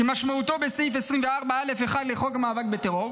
כמשמעותו בסעיף 24(א)(1) לחוק המאבק בטרור,